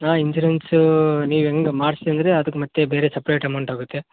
ಹಾಂ ಇನ್ಸುರೆನ್ಸು ನೀವು ಹೆಂಗೆ ಮಾಡಿಸಿದ್ರೆ ಅದಕ್ಕೆ ಮತ್ತೆ ಬೇರೆ ಸಪ್ರೇಟ್ ಅಮೌಂಟ್ ಆಗುತ್ತೆ